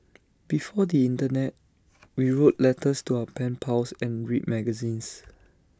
before the Internet we wrote letters to our pen pals and read magazines